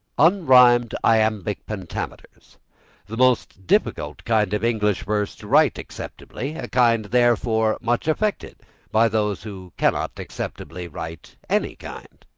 unrhymed iambic pentameters the most difficult kind of english verse to write acceptably a kind, therefore, much affected by those who cannot acceptably write any kind.